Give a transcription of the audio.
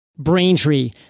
braintree